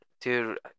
dude